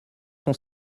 sont